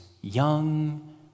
young